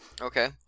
Okay